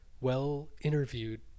well-interviewed